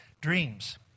Dreams